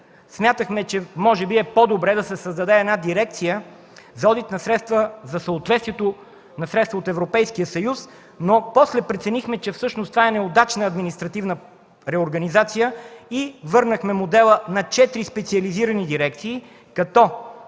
Смятахме, че може би е по-добре да се създаде дирекция за Одит на средства за съответствието на средства от Европейския съюз, но после преценихме, че всъщност това е неудачна административна реорганизация и върнахме модела на четири специализирани дирекции, като